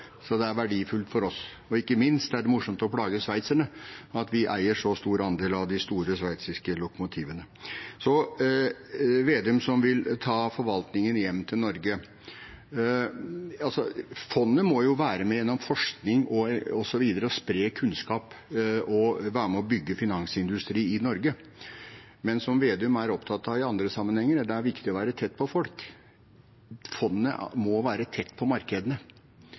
Det er verdifullt for oss. Og ikke minst er det morsomt å plage sveitserne med at vi eier en så stor andel av de store sveitsiske lokomotivene. Så til representanten Slagsvold Vedum, som vil ta forvaltningen hjem til Norge. Fondet må jo gjennom forskning osv. være med og spre kunnskap og være med og bygge finansindustri i Norge. Men som representanten Slagsvold Vedum er opptatt av i andre sammenhenger, er det viktig å være tett på folk. Fondet må være tett på markedene.